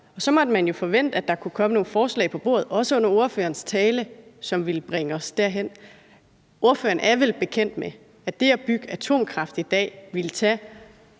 og så måtte man jo forvente, at der i ordførerens tale også kom nogle forslag på bordet, som vil bringe os derhen. Ordføreren er vel bekendt med, at det at bygge atomkraft i dag vil tage